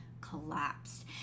collapsed